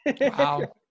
Wow